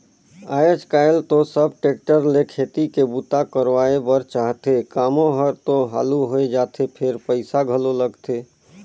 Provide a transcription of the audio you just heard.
आयज कायल तो सब टेक्टर ले खेती के बूता करवाए बर चाहथे, कामो हर तो हालु होय जाथे फेर पइसा घलो लगथे